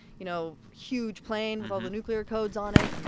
you know, huge plane with all the nuclear codes on it,